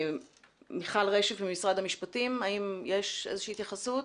מיכל רשף, משרד המשפטים, האם יש איזושהי התייחסות?